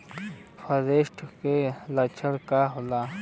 फारेस्ट के लक्षण का होला?